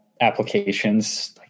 applications